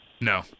No